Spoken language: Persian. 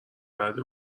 بعد